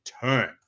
turn